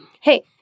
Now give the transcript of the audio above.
hey